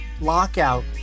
lockout